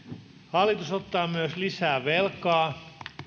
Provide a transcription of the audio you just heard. hallitus ottaa myös lisää velkaa